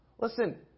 listen